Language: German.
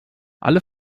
alle